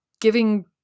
giving